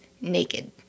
naked